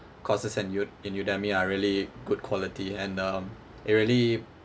courses in u~ in Udemy are really good quality and um it really